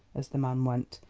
as the man went.